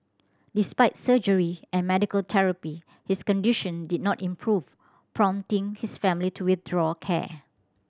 despite surgery and medical therapy his condition did not improve prompting his family to withdraw care